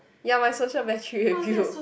ya my social battery with you